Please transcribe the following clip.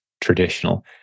traditional